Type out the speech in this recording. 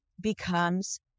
becomes